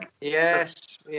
Yes